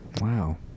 wow